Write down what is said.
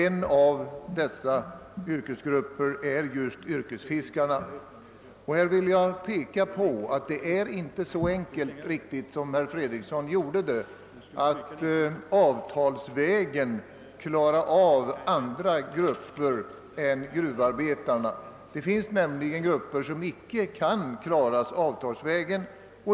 En av dessa är just yrkesfiskarna. Jag vill i sammanhanget påpeka att det inte är riktigt så enkelt som herr Fredriksson ville göra det att avtalsvägen lösa frågan för andra grupper än gruvarbetarna. Det finns nämligen grupper som inte kan klaras avtalsvägen.